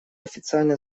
официально